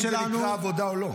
-- ירון, האם זה נקרא עבודה או לא.